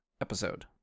episode